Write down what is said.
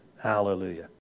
Hallelujah